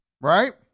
right